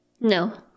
No